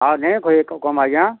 ଆର୍ ନେଇ କମ୍ ଆଜ୍ଞା